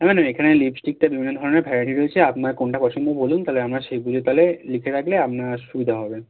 হ্যাঁ ম্যাডাম এখানে লিপস্টিকটা বিভিন্ন ধরনের ভ্যারাইটি রয়েছে আপনার কোনটা পছন্দ বলুন তালে আমরা সেই বুঝে তাহলে লিখে রাখলে আপনার সুবিধা হবে